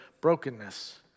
brokenness